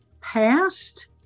past